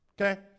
Okay